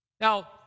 Now